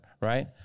right